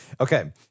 Okay